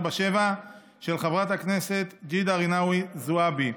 פ/1547/24, של חברת הכנסת ג'ידא רינאוי זועבי,